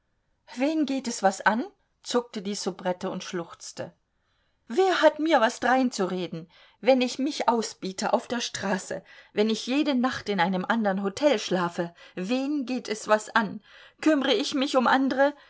wen geht es was an zuckte die soubrette und schluchzte wer hat mir was dreinzureden wenn ich mich ausbiete auf der straße wenn ich jede nacht in einem andern hotel schlafe wen geht es was an kümm're ich mich um andre